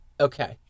Okay